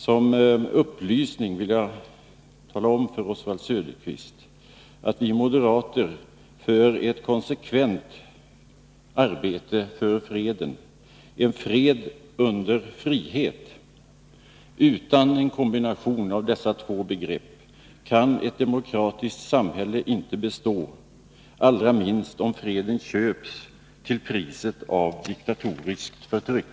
Som upplysning vill jag tala om för Oswald Söderqvist att vi moderater bedriver ett konsekvent arbete för freden, en fred under frihet. Utan en kombination av dessa två begrepp kan ett demokratiskt samhälle inte bestå, allra minst om freden köps till priset av diktatoriskt förtryck.